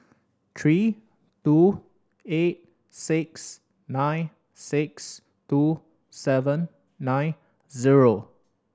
three two eight six nine six two seven nine zero